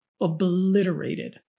obliterated